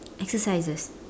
exercises